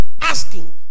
asking